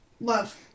love